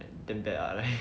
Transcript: damn bad uh like